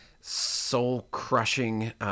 soul-crushing